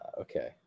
Okay